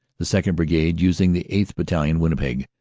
the second. brigad, using the eighth. battalion, vinnipeg,